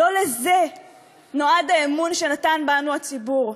לא לזה נועד האמון שנתן בנו הציבור,